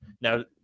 Now